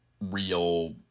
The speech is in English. real